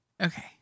Okay